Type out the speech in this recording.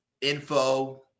info